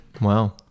Wow